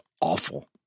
awful